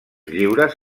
lliures